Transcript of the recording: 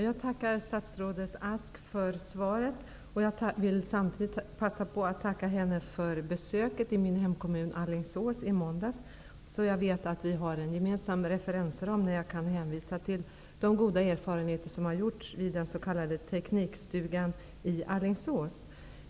Jag tackar statsrådet Beatrice Ask för svaret. Jag vill samtidigt passa på att tacka henne för det besök hon gjorde i min hemkommun Alingsås i måndags. Jag vet att vi har en gemensam referensram när jag hänvisar till de goda insatser som gjorts i den s.k.